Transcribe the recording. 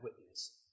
witness